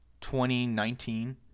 2019